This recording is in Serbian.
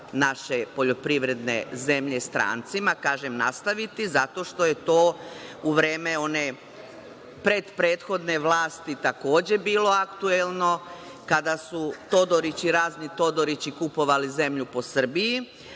naše poljoprivredne zemlje strancima, kažem, nastaviti, zato što je to u vreme one pred prethodne vlasti takođe bilo aktuelno kada su razni Todorići kupovali zemlju po Srbiji,